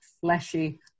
fleshy